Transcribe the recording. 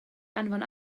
anfon